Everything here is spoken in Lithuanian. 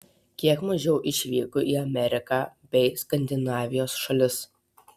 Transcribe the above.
kiek mažiau išvyko į ameriką bei skandinavijos šalis